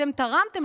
אתם תרמתם,